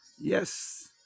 yes